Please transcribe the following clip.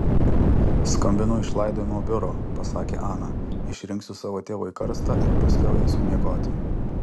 skambinu iš laidojimo biuro pasakė ana išrinksiu savo tėvui karstą ir paskiau eisiu miegoti